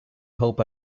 hope